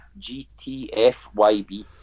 GTFYB